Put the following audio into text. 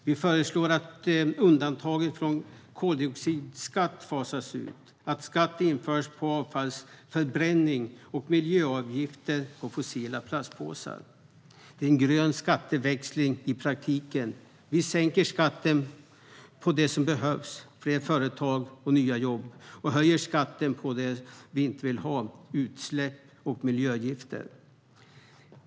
Vi föreslår att undantaget från koldioxidskatt fasas ut, att skatt införs på avfallsförbränning och miljöavgifter på fossila plastpåsar. Det är en grön skatteväxling i praktiken. Vi sänker skatten på det som behövs, fler företag och nya jobb, och höjer skatten på det vi inte vill ha, utsläpp och miljögifter.